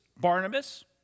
Barnabas